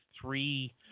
three